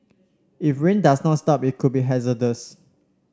if rain does not stop it could be hazardous